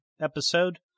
episode